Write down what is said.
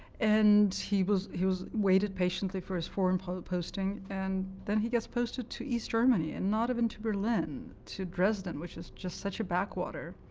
and he was he was waited patiently for his foreign posting. and then he gets posted to east germany, and not even to berlin, to dresden, which is just such a backwater,